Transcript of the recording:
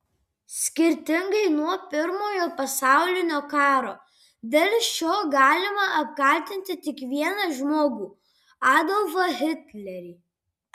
skirtingai nuo pirmojo pasaulinio karo dėl šio galima apkaltinti tik vieną žmogų adolfą hitlerį